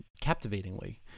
captivatingly